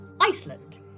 Iceland